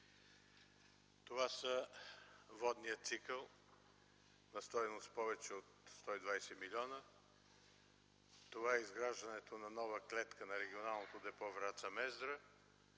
Това са: водният цикъл на стойност повече от 120 милиона, изграждането на нова клетка на регионалното депо Враца–Мездра